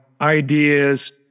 ideas